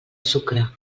sucre